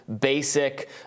basic